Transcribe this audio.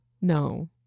no